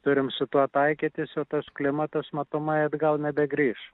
turim su tuo taikytis jau tas klimatas matomai atgal nebegrįš